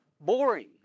boring